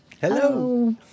Hello